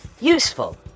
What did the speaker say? useful